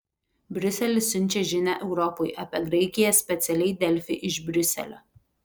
briuselis siunčia žinią europai apie graikiją specialiai delfi iš briuselio